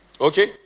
Okay